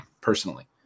personally